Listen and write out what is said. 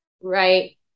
Right